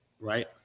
right